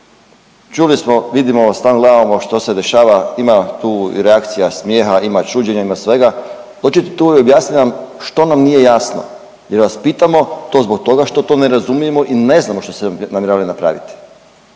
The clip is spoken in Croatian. Čuli smo, vidimo, stalno gledamo što se dešava, ima tu i reakcija, smijeha, ima čuđenja, ima svega, dođite tu i objasnite nam što nam nije jasno jer vas pitamo to zbog toga što to ne razumijemo i ne znamo što ste namjeravali napraviti,